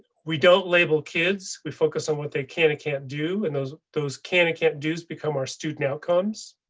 we don't label kids. we focus on what they can and can't do, and those those can and can't do is become our student outcomes.